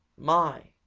my!